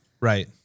Right